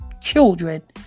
children